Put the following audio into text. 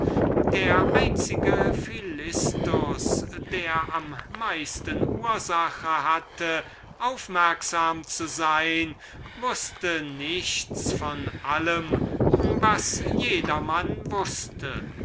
der einzige philistus derjenige der am meisten ursache hatte aufmerksam zu sein wußte nichts von allem was jedermann wußte